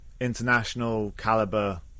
international-caliber